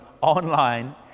online